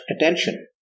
attention